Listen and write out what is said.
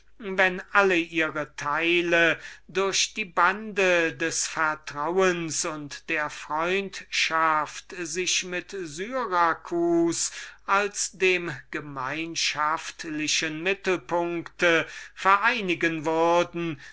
wenn alle teile derselben durch die bande des vertrauens und der freundschaft sich in syracus als in dem gemeinschaftlichen mittelpunkt vereinigen würden